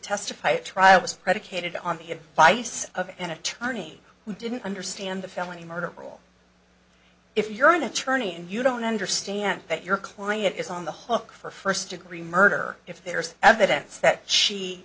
testify at trial was predicated on the advice of an attorney who didn't understand the felony murder rule if you're an attorney and you don't understand that your client is on the hook for first degree murder if there's evidence that she